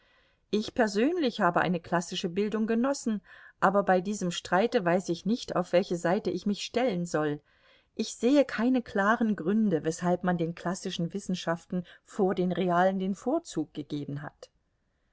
ich persönlich habe eine klassische bildung genossen aber bei diesem streite weiß ich nicht auf welche seite ich mich stellen soll ich sehe keine klaren gründe weshalb man den klassischen wissenschaften vor den realen den vorzug gegeben hat